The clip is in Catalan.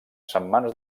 setmanes